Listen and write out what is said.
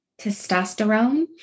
testosterone